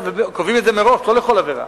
קובעים את זה מראש, לא לכל עבירה.